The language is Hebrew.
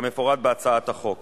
לעומת העמלות שמשולמות כיום.